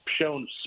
shown